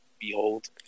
behold